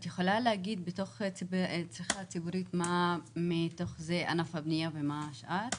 את יכולה להגיד מה מתוך זה קשור לענף הבנייה ומה קשור לשאר?